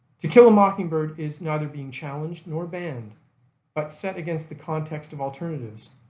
to kill a mockingbird is neither being challenged nor banned but set against the context of alternatives.